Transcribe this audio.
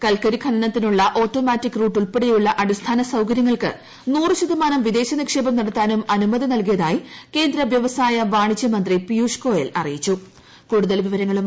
കൽക്കരി ഖനനത്തിനുള്ള automatic route ഉൾപ്പെടെയുള്ള അടിസ്ഥാന സൌകര്യങ്ങൾക്ക് നൂറ് ശുതിമാണ് വിദേശനിക്ഷേപം നടത്താനും അനുമതി നൽകിയതായി കേന്ദ്ര വൃവ്സ്പായ വാണിജ്യമന്ത്രി പിയുഷ് ഗോയൽ അറിയിച്ചു